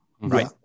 Right